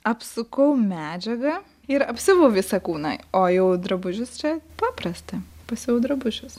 apsukau medžiagą ir apsiuvu visą kūną o jau drabužius čia paprasta pasiuvau drabužiuose